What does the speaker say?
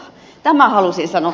tämän halusin sanoa